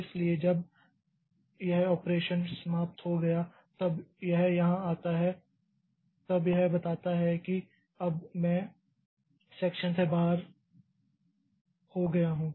इसलिए जब यह ऑपरेशन समाप्त हो गया तब यह यहाँ आता है तब यह बताता है कि अब मैं सेक्षन से बाहर हो गया हूँ